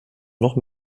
noch